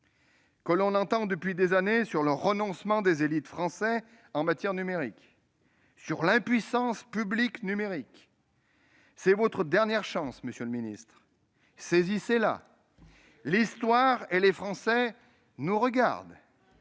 que l'on entend depuis des années sur le renoncement des élites françaises en matière numérique, sur l'impuissance publique numérique. C'est votre dernière chance. Saisissez-la ! L'histoire et les Français nous regardent,